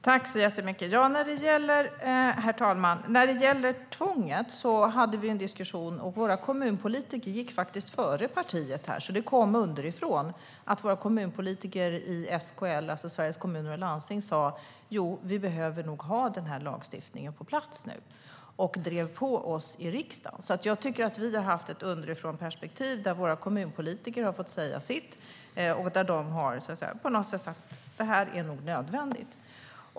Herr talman! När det gäller tvånget har vi haft en diskussion. Våra kommunpolitiker gick faktiskt före partiet här, så det kom underifrån. Våra kommunpolitiker i Sveriges Kommuner och Landsting, SKL, sa att vi behöver denna lagstiftning. De drev på oss i riksdagen. Jag tycker att vi har haft ett underifrånperspektiv där våra kommunpolitiker har fått säga sitt. De har sagt att detta är nödvändigt.